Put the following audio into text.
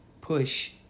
push